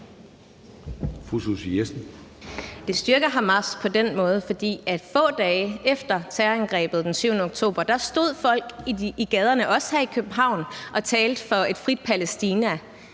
Det styrker Hamas, for få dage efter terrorangrebet den 7. oktober stod folk i gaderne, også her i København, og talte for et frit Palæstina.